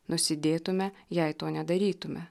nusidėtume jei to nedarytume